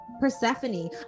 Persephone